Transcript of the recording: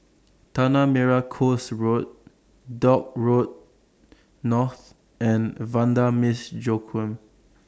Tanah Merah Coast Road Dock Road North and Vanda Miss Joaquim